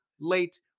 late